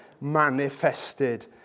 manifested